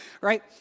right